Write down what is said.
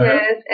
Yes